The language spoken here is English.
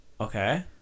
Okay